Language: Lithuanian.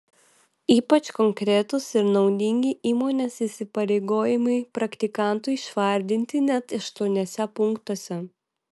ypač konkretūs ir naudingi įmonės įsipareigojimai praktikantui išvardinti net aštuoniuose punktuose